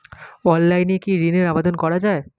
অনলাইনে কি ঋনের আবেদন করা যায়?